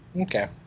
Okay